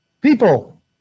People